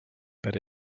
but